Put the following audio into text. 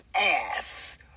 ass